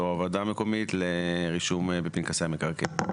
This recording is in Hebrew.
לאור הוועדה המקומית לרישום בפנקסי המקרקעין.